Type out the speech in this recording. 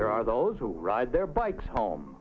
there are those who ride their bikes home